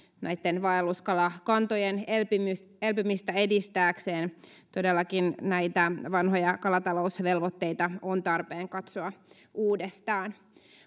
näitten vaelluskalakantojen elpymistä elpymistä edistääkseen todellakin näitä vanhoja kalatalousvelvoitteita on tarpeen katsoa uudestaan